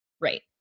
Right